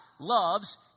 loves